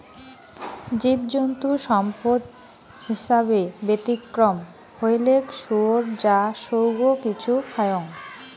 জীবজন্তু সম্পদ হিছাবে ব্যতিক্রম হইলেক শুয়োর যা সৌগ কিছু খায়ং